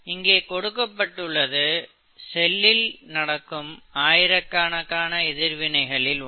இங்கே கொடுக்கப்பட்டுள்ளது செல்லில் நடக்கும் ஆயிரக்கணக்கான எதிர்வினைகளில் ஒன்று